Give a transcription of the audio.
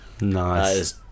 Nice